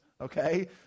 okay